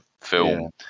film